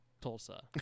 Tulsa